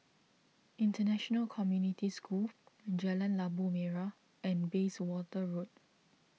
International Community School Jalan Labu Merah and Bayswater Road